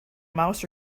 mouse